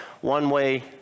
one-way